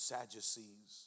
Sadducees